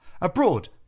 Abroad